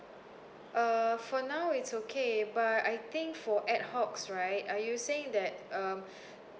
uh for now it's okay but I think for ad hocs right are you saying that um